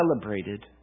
celebrated